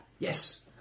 Yes